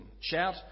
Shout